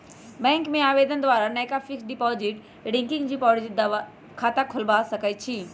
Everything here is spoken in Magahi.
बैंक में आवेदन द्वारा नयका फिक्स्ड डिपॉजिट, रिकरिंग डिपॉजिट खता खोलबा सकइ छी